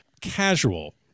casual